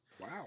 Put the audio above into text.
Wow